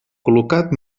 col·locat